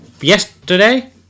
Yesterday